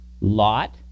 Lot